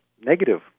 negative